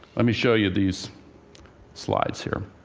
let me show you these slides here.